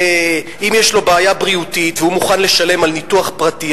ואם יש לו בעיה בריאותית והוא מוכן לשלם על ניתוח פרטי,